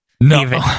No